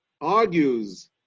argues